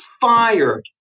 fired